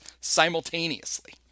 simultaneously